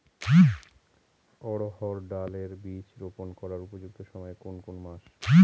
অড়হড় ডাল এর বীজ রোপন করার উপযুক্ত সময় কোন কোন মাস?